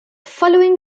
following